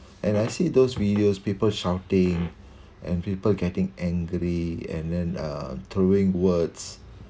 and I see those videos people shouting and people getting angry and then uh throwing words